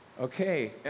okay